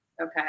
Okay